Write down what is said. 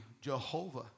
Jehovah